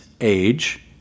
age